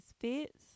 fits